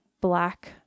black